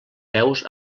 peus